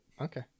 Okay